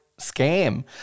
scam